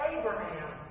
Abraham